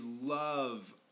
love